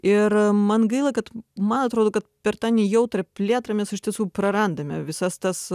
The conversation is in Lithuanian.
ir man gaila kad man atrodo kad per tą nejautrią plėtrą mes iš tiesų prarandame visas tas